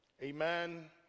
Amen